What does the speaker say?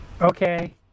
Okay